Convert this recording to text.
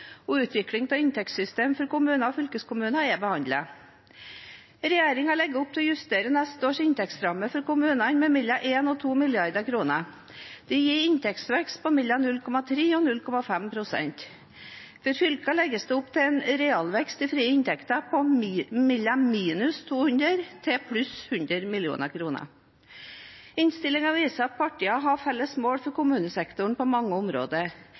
og utvikling av inntektssystemene for kommunene og fylkeskommunene er behandlet. Regjeringen legger opp til å justere neste års inntektsrammer for kommunene med mellom 1 og 2 mrd. kr. Dette gir en inntektsvekst på mellom 0,3 og 0,5 pst. For fylkene legges det opp til en realvekst i frie inntekter på fra minus 200 mill. kr til pluss 100 mill. kr. Innstillingen viser at partiene har felles mål for kommunesektoren på mange områder,